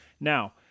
Now